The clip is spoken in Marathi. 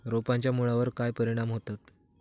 रोपांच्या मुळावर काय परिणाम होतत?